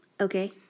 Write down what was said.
Okay